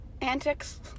antics